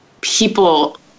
people